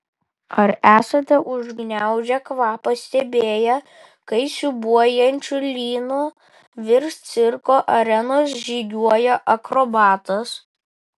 ar esate užgniaužę kvapą stebėję kai siūbuojančiu lynu virš cirko arenos žygiuoja akrobatas